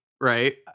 right